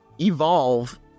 evolve